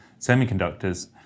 semiconductors